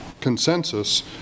consensus